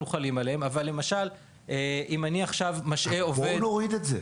חלים עליהם --- אז בוא נוריד את זה.